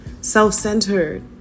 self-centered